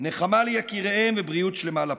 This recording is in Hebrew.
נחמה ליקיריהם ובריאות שלמה לפצועים.